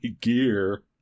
gear